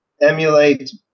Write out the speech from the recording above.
emulate